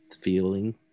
feeling